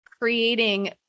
creating